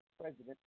president